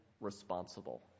responsible